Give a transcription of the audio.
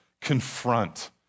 confront